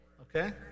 okay